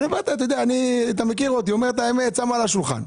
אתה מכיר אותי, שם את האמת על השולחן.